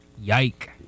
Yike